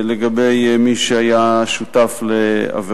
לגבי מי שהיה שותף לעבירות.